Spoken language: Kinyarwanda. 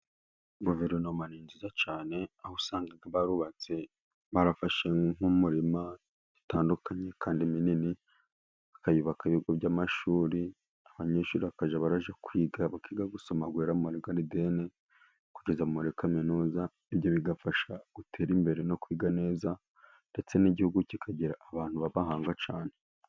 Guverinoma ni nziza cyane, aho usanga barubatse barafashe nk'umurima utandukanye kandi minini, bakayubakaho ibigo by'amashuri abanyeshuri bakajya barajya kwiga, bakiga gusoma guhera muri garidiyeni kugeza muri kaminuza, ibyo bifasha gutera imbere no kwiga neza ndetse n'igihugu kikagira abantu babahanga cyane.